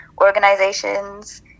organizations